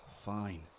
Fine